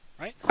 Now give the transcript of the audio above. right